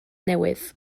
newydd